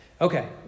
Okay